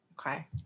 okay